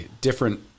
different